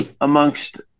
amongst